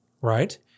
right